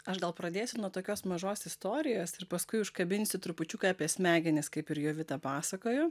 aš gal pradėsiu nuo tokios mažos istorijos ir paskui užkabinsiu trupučiuką apie smegenis kaip ir jovita pasakojo